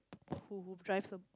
who who drive some